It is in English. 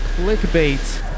clickbait